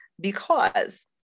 because-